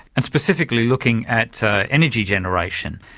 and specifically looking at energy generation,